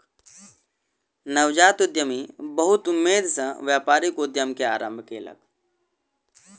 नवजात उद्यमी बहुत उमेद सॅ व्यापारिक उद्यम के आरम्भ कयलक